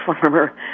farmer